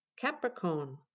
Capricorn